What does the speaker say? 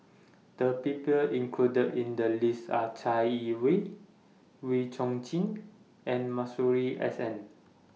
The People included in The list Are Chai Yee Wei Wee Chong Jin and Masuri S N